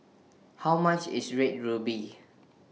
How much IS Red Ruby